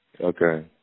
Okay